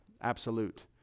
absolute